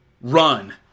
run